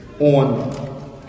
on